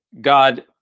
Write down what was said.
God